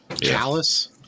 Chalice